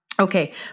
Okay